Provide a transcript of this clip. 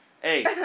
Hey